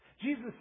Jesus